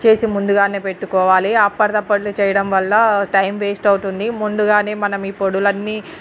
చేసి ముందుగానే పెట్టుకోవాలి అప్పడదప్పడు చేయడం వల్ల టైం వేస్ట్ అవుతుంది ముందుగానే మనం ఈ పొడులన్నీ